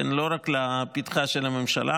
לא רק לפתחה של הממשלה.